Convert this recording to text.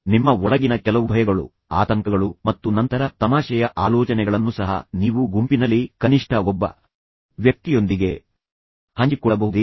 ನಿಮ್ಮ ಒಳಗಿನ ಕೆಲವು ಭಯಗಳು ಆತಂಕಗಳು ಮತ್ತು ನಂತರ ತಮಾಷೆಯ ಆಲೋಚನೆಗಳನ್ನು ಸಹ ನೀವು ಗುಂಪಿನಲ್ಲಿ ಕನಿಷ್ಠ ಒಬ್ಬ ವ್ಯಕ್ತಿಯೊಂದಿಗೆ ಹಂಚಿಕೊಳ್ಳಬಹುದೇ